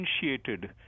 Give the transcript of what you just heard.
differentiated